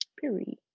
Period